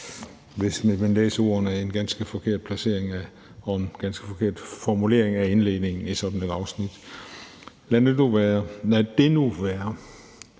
hvis man læser ordene, en ganske forkert placering og en ganske forkert formulering af indledningen i sådan et afsnit. Lad det nu være. Jeg er